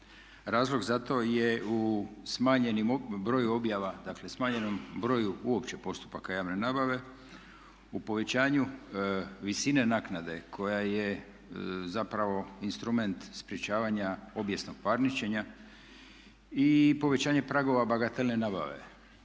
dakle smanjenom broju uopće postupaka javne nabave, u povećanju visine naknade koja je zapravo instrument sprječavanja obijesnog parničenja i povećanje pragova bagatelne nabave.